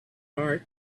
part